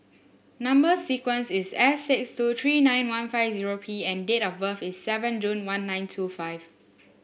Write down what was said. number sequence is S six two three nine one five zero P and date of birth is seven June one nine two five